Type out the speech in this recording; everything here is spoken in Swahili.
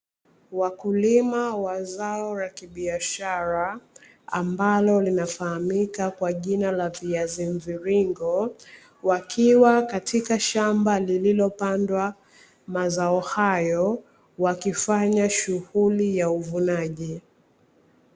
Wakulima wa zao la kibiashara, ambalo linafahamika kwa jina la viazi mviringo, wakiwa katika shamba lililopandwa mazao hayo, wakifanya shughuli ya uvunaji.